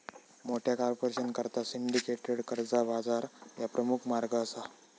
मोठ्या कॉर्पोरेशनकरता सिंडिकेटेड कर्जा बाजार ह्या प्रमुख मार्ग असा